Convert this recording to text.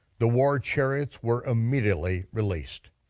the war chariots were immediately released.